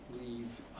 leave